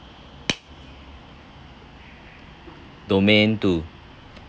domain two